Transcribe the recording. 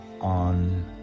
on